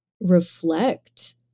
reflect